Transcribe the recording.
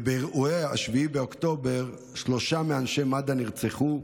ובאירועי 7 באוקטובר שלושה מאנשי מד"א נרצחו,